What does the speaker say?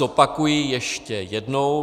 Zopakuji ještě jednou.